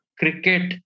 cricket